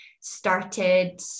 started